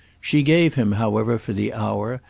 she gave him however for the hour,